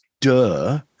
duh